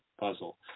puzzle